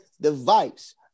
device